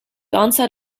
onset